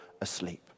asleep